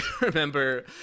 remember